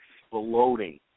exploding